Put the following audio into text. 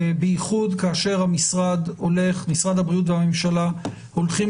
בייחוד כאשר משרד הבריאות והממשלה הולכים